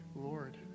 Lord